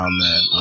Amen